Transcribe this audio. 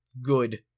good